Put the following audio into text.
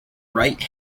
right